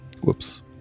Whoops